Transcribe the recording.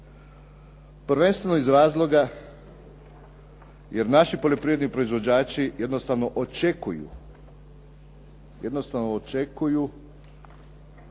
prvenstveno iz razlog jer naši poljoprivredni proizvođači jednostavno očekuju nakon što su